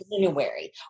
January